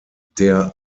der